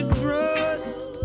trust